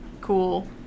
cool